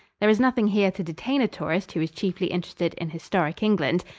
there is nothing here to detain a tourist who is chiefly interested in historic england.